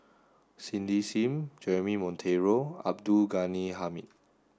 Cindy Sim Jeremy Monteiro Abdul Ghani Hamid